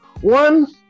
One